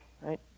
right